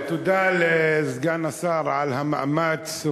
תודה לסגן השר על המאמץ.